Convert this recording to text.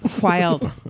Wild